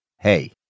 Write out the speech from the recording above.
Hey